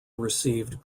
received